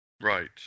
Right